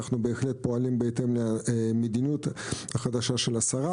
אנחנו בהחלט פועלים בהתאם למדיניות החדשה של השרה.